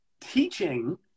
teaching